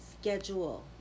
schedule